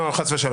לא, חס ושלום.